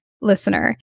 listener